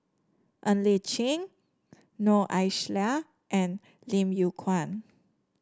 Ng Li Chin Noor Aishah and Lim Yew Kuan